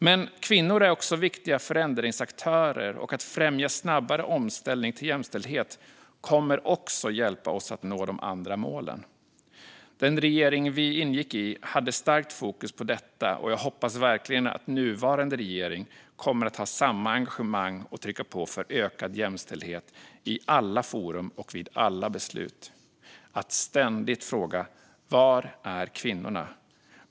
Men kvinnor är också viktiga förändringsaktörer, och att främja snabbare omställning till jämställdhet kommer också att hjälpa oss att nå de andra målen. Den regering vi ingick i hade starkt fokus på detta, och jag hoppas verkligen att nuvarande regering kommer att ha samma engagemang och trycka på för ökad jämställdhet i alla forum och vid alla beslut och ständigt fråga "Var är kvinnorna?"